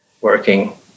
working